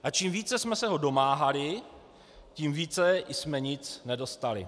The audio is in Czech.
A čím více jsme se ho domáhali, tím více jsme nic nedostali.